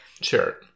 Sure